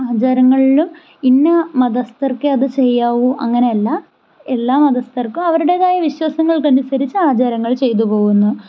ആചാരങ്ങളിലും ഇന്ന മതസ്ഥർക്കേ അത് ചെയ്യാവൂ അങ്ങനെയല്ല എല്ലാ മതസ്ഥർക്കും അവരുടേതായ വിശ്വാസങ്ങൾക്ക് അനുസരിച്ച് ആചാരങ്ങൾ ചെയ്ത് പോകുന്നു